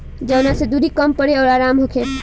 जवना से दुरी कम पड़े अउर आराम होखे